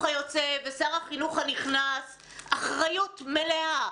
היוצא ושר החינוך הנכנס אחריות מלאה